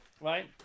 right